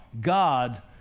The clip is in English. God